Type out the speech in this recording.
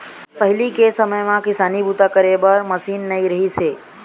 पहिली के समे म किसानी बूता करे बर मसीन नइ रिहिस हे